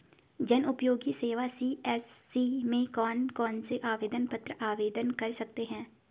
जनउपयोगी सेवा सी.एस.सी में कौन कौनसे आवेदन पत्र आवेदन कर सकते हैं?